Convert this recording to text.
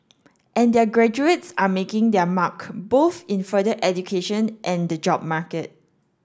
and their graduates are making their mark both in further education and the job market